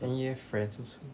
and you have friends also